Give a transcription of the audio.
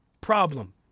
problem